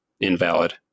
invalid